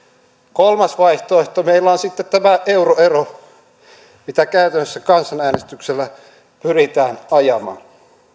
kolmas vaihtoehto meillä on sitten tämä euroero mitä kansanäänestyksellä käytännössä pyritään ajamaan